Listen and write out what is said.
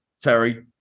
Terry